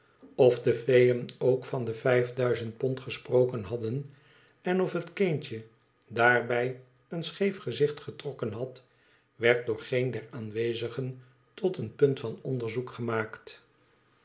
of de feeën ook van de vijf duizend pond gesproken hadden en of het kindje drbij een scheef gezicht getrokken had werd door geen der aanwezigen tot een punt van onderzoek gemaakt